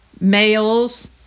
males